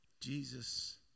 Jesus